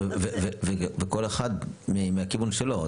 וכל אחד מהכיוון שלו.